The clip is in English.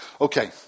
Okay